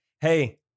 hey